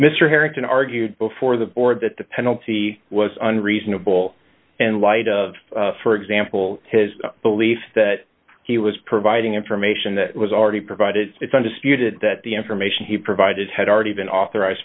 harrington argued before the board that the penalty was unreasonable and light of for example his belief that he was providing information that was already provided it's undisputed that the information he provided had already been authorized